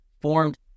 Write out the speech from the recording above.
formed